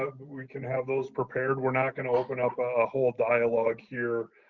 ah but we can have those prepared. we're not going to open up a whole dialogue here